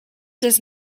does